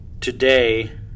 today